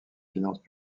finances